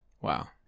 Wow